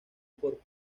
por